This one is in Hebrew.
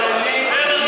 צבא של